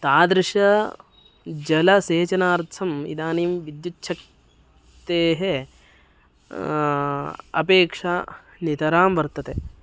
तादृशजलसेचनार्थम् इदानीं विद्युच्छक्तेः अपेक्षा नितरां वर्तते